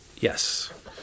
Yes